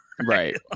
Right